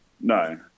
No